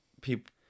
people